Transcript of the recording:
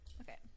Okay